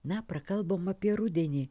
na prakalbom apie rudenį